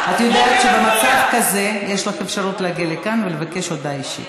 את יודעת שבמצב כזה יש לך אפשרות להגיע לכאן ולבקש הודעה אישית.